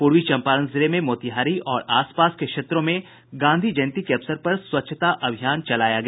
पूर्वी चंपारण जिले में मोतिहारी और आस पास के क्षेत्रों में गांधी जयंती के अवसर पर स्वच्छता अभियान चलाया गया